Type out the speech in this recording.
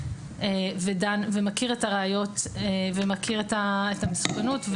מכיר את הראיות ומכיר את המסוכנות.